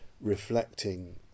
reflecting